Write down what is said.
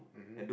mmhmm